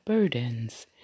Burdens